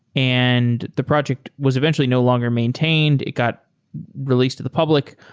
and the project was eventually no longer maintained. it got released to the public.